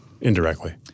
indirectly